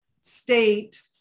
state